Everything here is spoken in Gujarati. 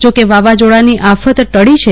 જોક વાવાઝોડાની આફત ટળી છે